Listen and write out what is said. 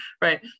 right